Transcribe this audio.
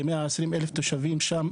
כ-120,000 תושבים שם,